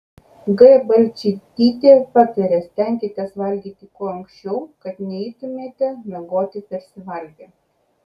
g balčytytė patarė stenkitės valgyti kuo anksčiau kad neeitumėte miegoti persivalgę